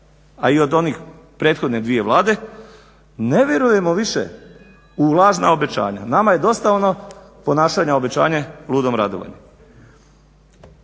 a i od one prethodne dvije Vlade ne vjerujemo više u lažna obećanja, nama je dosta onog ponašanja "obećanje, ludom radovanje".